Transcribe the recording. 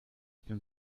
bin